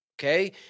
okay